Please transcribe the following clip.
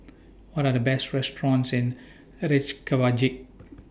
What Are The Best restaurants in Reykjavik